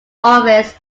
office